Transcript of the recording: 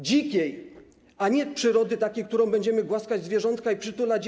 dzikiej, a nie przyrody takiej, w której będziemy głaskać zwierzątka i je przytulać.